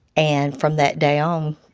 and from that day um